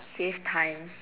save time